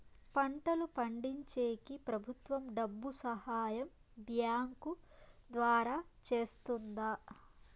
పంటలు పండించేకి ప్రభుత్వం డబ్బు సహాయం బ్యాంకు ద్వారా చేస్తుందా?